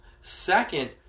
Second